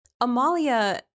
Amalia